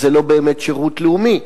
אז זה לא באמת שירות לאומי,